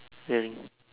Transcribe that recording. wearing